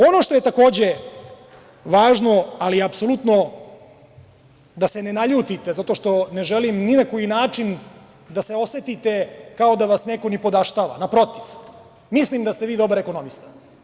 Ono što je takođe važno, ali apsolutno, da se ne naljutite, zato što ne želim ni na koji način da se osetite kao da vas neko nipodaštava, naprotiv, mislim da ste vi dobar ekonomista.